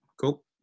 Cool